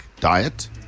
diet